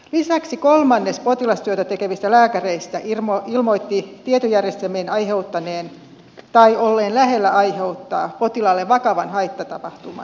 lisäksi kolmannes potilastyötä tekevistä lääkäreistä ilmoitti tietojärjestelmien aiheuttaneen tai olleen lähellä aiheuttaa potilaalle vakavan haittatapahtuman